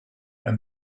and